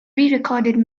recorded